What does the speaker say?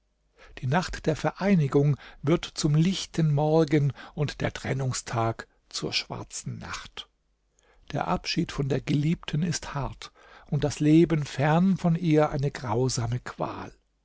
die nacht der vereinigung wird zum lichten morgen und der trennungstag zur schwarzen nacht der abschied von der geliebten ist hart und das leben fern von ihr eine grausame qual